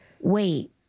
wait